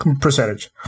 percentage